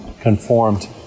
conformed